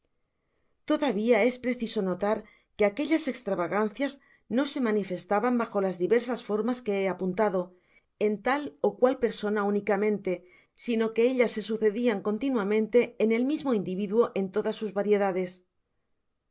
tedavia es preciso notar que aquellas estravagancias no se ma infestaban bajolas diversas foranas que he apuntado en tal ócual persona únicamente sino que ellas se sucedian ccnínuamente en el mismo individuo en todas sns variedades